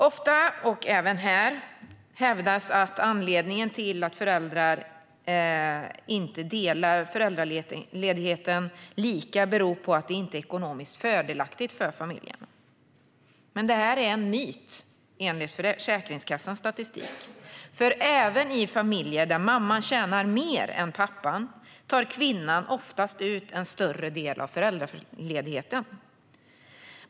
Ofta, och även här, hävdas att anledningen till att föräldrar inte delar föräldraledigheten lika är att det inte är ekonomiskt fördelaktigt för familjen. Men det är en myt, enligt Försäkringskassans statistik. Även i familjer där mamman tjänar mer än pappan tar kvinnan oftast ut en större del av föräldraledigheten.